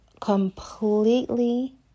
completely